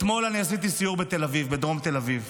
אתמול עשיתי סיור בתל אביב, בדרום תל אביב,